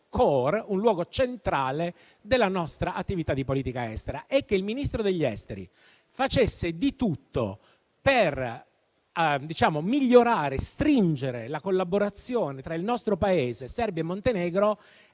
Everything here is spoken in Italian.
un luogo centrale della nostra attività di politica estera, e che il Ministro degli affari esteri facesse di tutto per migliorare e stringere la collaborazione tra il nostro Paese, la Serbia e il Montenegro